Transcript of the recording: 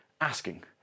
Asking